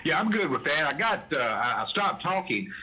yeah i'm good with and i got i stopped talking